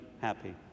happy